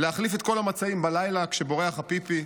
להחליף את כל המצעים בלילה כשבורח הפיפי.